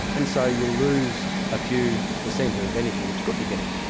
and so you lose a few percent of of energy that you could be getting.